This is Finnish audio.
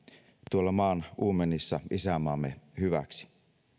tuolla maan uumenissa isänmaamme hyväksi